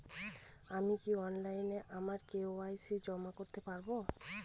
আমি কি অনলাইন আমার কে.ওয়াই.সি জমা করতে পারব?